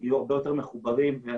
יהיו הרבה יותר מחוברים לכאן.